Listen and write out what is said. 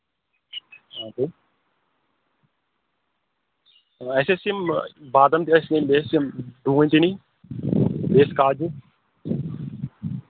اَسہِ ٲسۍ یِم بادَم تہِ ٲسۍ نِنۍ بیٚیہِ ٲسۍ یِم ڈوٗنۍ تہِ نِنۍ بیٚیہِ ٲسۍ کاجوٗ